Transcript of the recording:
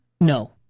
No